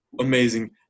amazing